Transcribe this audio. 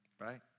right